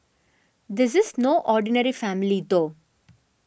this is no ordinary family though